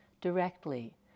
directly